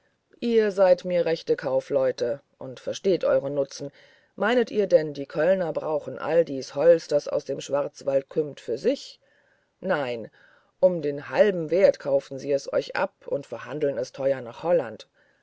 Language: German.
ihr seid mir rechte kaufleute und versteht euren nutzen meinet ihr denn die kölner brauchen all dies holz das aus dem schwarzwald kömmt für sich nein um den halben wert kaufen sie es euch ab und verhandeln es teuer nach holland